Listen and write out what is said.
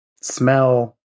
smell